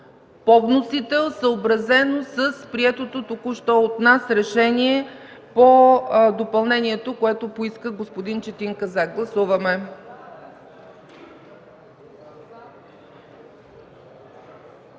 по вносител, съобразено с приетото току-що от нас решение по допълнението, което поиска господин Четин Казак. Гласуваме!